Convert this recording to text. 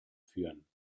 führen